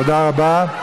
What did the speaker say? תודה רבה.